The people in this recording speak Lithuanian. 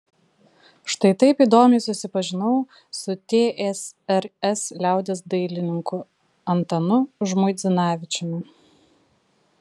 štai taip įdomiai susipažinau su tsrs liaudies dailininku antanu žmuidzinavičiumi